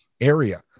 area